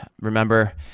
remember